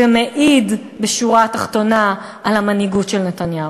ומעיד בשוּרה התחתונה על המנהיגות של נתניהו.